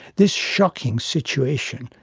this shocking situation,